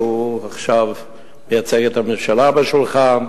שעכשיו מייצג את הממשלה בשולחן,